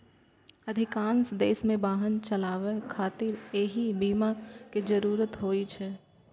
अधिकांश देश मे वाहन चलाबै खातिर एहि बीमा के जरूरत होइ छै